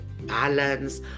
balance